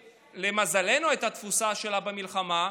ולמזלנו הייתה תבוסה שלה במלחמה,